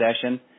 session